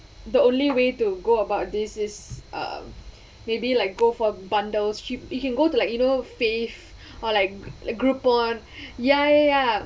the only way to go about this is um maybe like go for bundles cheap you can go to like you know Fave or like Groupon ya ya ya